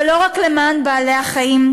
ולא רק למען בעלי-החיים,